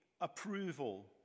approval